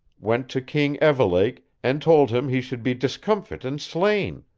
went to king evelake and told him he should be discomfit and slain,